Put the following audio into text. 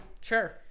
Sure